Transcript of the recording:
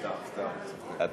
סתם, סתם, אני צוחק.